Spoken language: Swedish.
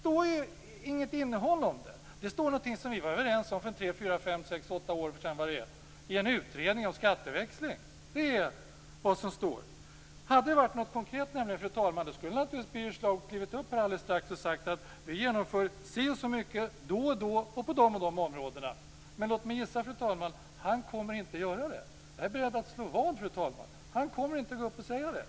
Där finns inget innehåll. Där står något som vi var överens om för tre fyra fem sex eller åtta år sedan i en utredning om skatteväxling. Det är vad som står. Hade det varit något konkret, fru talman, skulle Birger Schlaug naturligtvis kliva upp här alldeles strax och säga: Vi genomför si och så mycket, då och då och på de och de områdena. Men låt mig gissa, fru talman, att han inte kommer att göra det. Jag är beredd att slå vad, fru talman. Han kommer inte att gå upp och säga det.